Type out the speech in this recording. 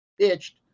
pitched